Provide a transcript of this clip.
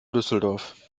düsseldorf